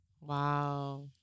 wow